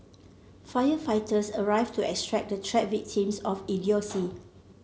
firefighters arrived to extract the trapped victims of idiocy